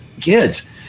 kids